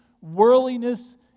Worldliness